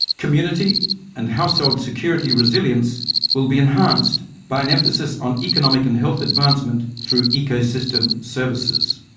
community and household security resilience will be enhanced by an emphasis on economic and health advancement through ecosystem services.